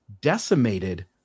decimated